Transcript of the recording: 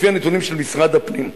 לפי הנתונים של משרד הפנים,